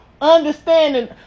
understanding